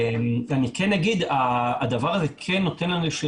אני כן אומר שהדבר הזה כן נותן לנו איזושהי